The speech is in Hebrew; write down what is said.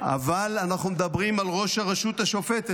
אבל אנחנו מדברים על ראש הרשות השופטת.